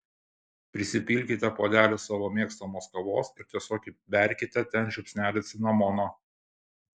prisipilkite puodelį savo mėgstamos kavos ir tiesiog įberkite ten žiupsnelį cinamono